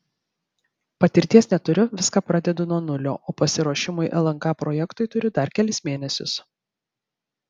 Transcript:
patirties neturiu viską pradedu nuo nulio o pasiruošimui lnk projektui turiu dar kelis mėnesius